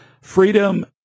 freedom